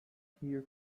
hear